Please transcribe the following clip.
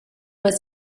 was